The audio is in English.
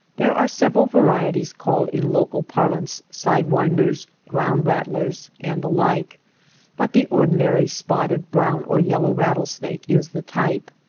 there are several varieties called in local par lance side-winders ground rattlers and the like but the ordinary spotted, brown, or yellow rattlesnake is the type.